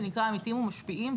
זה נקרא עמיתים ומשפיעים,